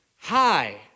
hi